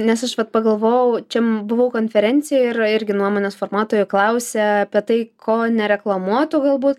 nes aš vat pagalvojau čia buvau konferencijoj ir irgi nuomonės formuotojų klausė apie tai ko nereklamuotų galbūt